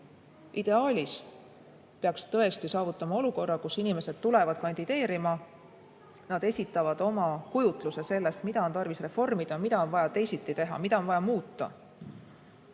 Ideaalis peaks tõesti saavutama olukorra, kus inimesed tulevad kandideerima ja nad esitavad oma kujutluse sellest, mida on tarvis reformida, mida on vaja teisiti teha, mida on vaja muuta.